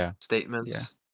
statements